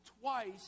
twice